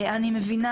אני מבינה,